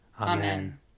Amen